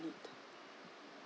need